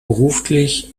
beruflich